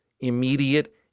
immediate